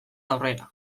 aurrera